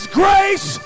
grace